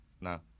No